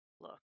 look